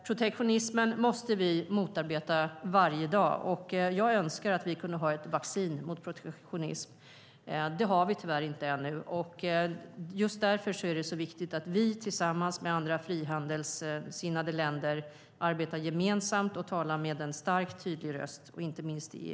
Protektionismen måste vi motarbeta varje dag. Jag önskar att vi kunde ha ett vaccin mot protektionism. Det har vi tyvärr inte ännu. Just därför är det så viktigt att vi tillsammans med andra frihandelssinnade länder arbetar gemensamt och talar med stark, tydlig röst, inte minst i EU.